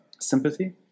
sympathy